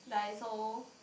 Daiso